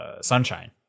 Sunshine